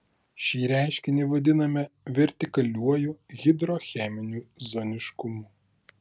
šį reiškinį vadiname vertikaliuoju hidrocheminiu zoniškumu